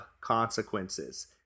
consequences